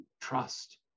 trust